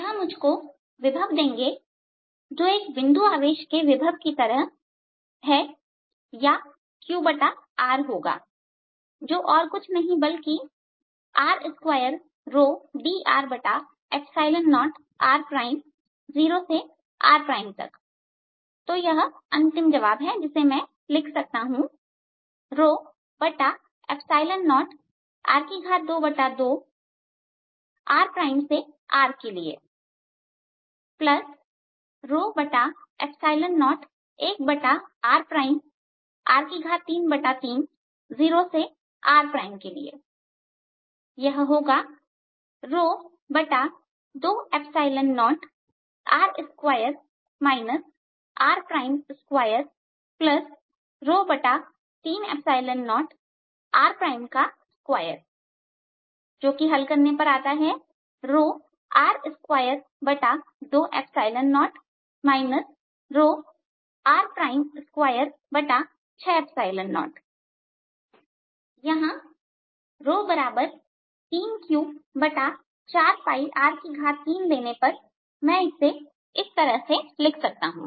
यह मुझे को विभव देंगे जो एक बिंदु आवेश के विभव की तरह है या Qr होगा जो और कुछ नहीं बल्कि 0r r2 dr0r तो यहां अंतिम जवाब है जिसे मैं लिख सकता हूं 0r22rसे R के लिए 01r r330से rके लिए यह होगा 20R2 r230r2जो कि आता है R220 r260 यहां 3Q4R3 लेने पर मैं इसे इस तरह लिख सकता हूं